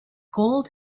gold